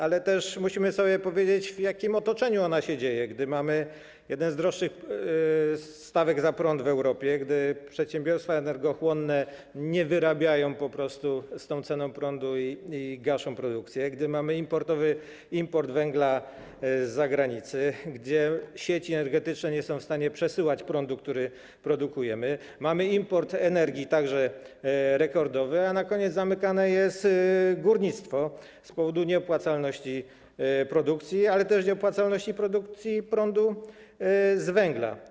Ale też musimy sobie powiedzieć, w jakim otoczeniu ona się dzieje - mamy jedną z wyższych stawek za prąd w Europie, przedsiębiorstwa energochłonne nie wyrabiają po prostu z tą ceną prądu i gaszą produkcję, mamy import węgla z zagranicy, sieci energetyczne nie są w stanie przesyłać prądu, który produkujemy, mamy import energii także rekordowy, a na koniec zamykane jest górnictwo z powodu nieopłacalności produkcji, ale też nieopłacalności produkcji prądu z węgla.